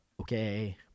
Okay